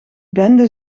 bende